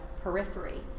periphery